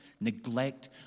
neglect